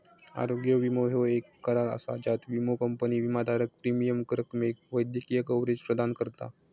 आरोग्य विमो ह्यो येक करार असा ज्यात विमो कंपनी विमाधारकाक प्रीमियम रकमेक वैद्यकीय कव्हरेज प्रदान करता